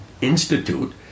institute